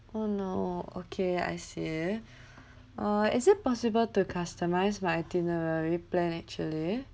oh no okay I see uh is it possible to customize my itinerary plan actually